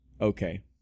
Okay